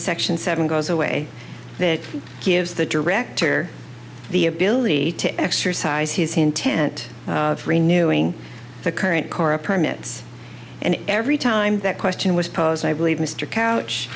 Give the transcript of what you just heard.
section seven goes away that gives the director the ability to exercise his intent renu ing the current kora permits and every time that question was posed i believe mr couch